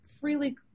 freely –